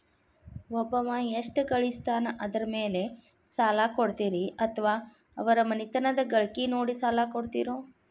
ಒಬ್ಬವ ಎಷ್ಟ ಗಳಿಸ್ತಾನ ಅದರ ಮೇಲೆ ಸಾಲ ಕೊಡ್ತೇರಿ ಅಥವಾ ಅವರ ಮನಿತನದ ಗಳಿಕಿ ನೋಡಿ ಸಾಲ ಕೊಡ್ತಿರೋ?